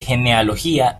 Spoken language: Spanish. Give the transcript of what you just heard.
genealogía